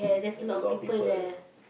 there's a lot of people